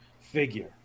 figure